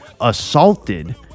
assaulted